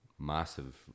Massive